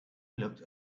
looked